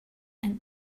and